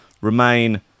remain